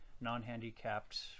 non-handicapped